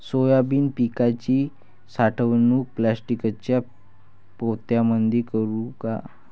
Soybean पिकाची साठवणूक प्लास्टिकच्या पोत्यामंदी करू का?